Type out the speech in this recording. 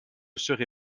serai